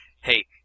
Hey